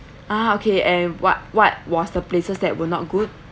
ah okay and what what was the places that were not good